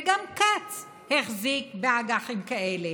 וגם כץ החזיק באג"חים כאלה.